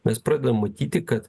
mes pradedam matyti kad